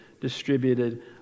distributed